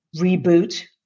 reboot